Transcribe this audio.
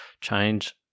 change